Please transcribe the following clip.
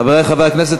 חברי חברי הכנסת,